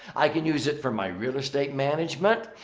i can use it for my real estate management.